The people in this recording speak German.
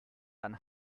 dann